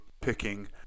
picking